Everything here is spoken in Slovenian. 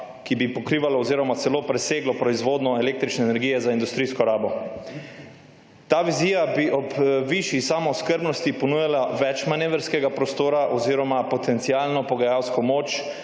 kar bi pokrivalo oziroma celo preseglo proizvodnjo električne energije za industrijsko rabo. Ta vizija bi ob višji samooskrbnosti ponujala več manevrskega prostora oziroma potencialno pogajalsko moč